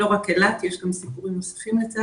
לא רק אילת, יש גם סיפורים נוספים לצערי.